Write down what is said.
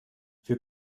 für